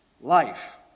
life